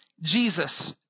Jesus